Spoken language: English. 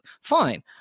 fine